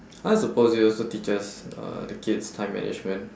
I suppose it also teaches uh the kids time management